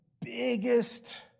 biggest